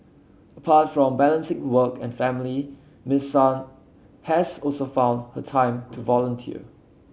apart from balancing work and family Miss Sun has also found a time to volunteer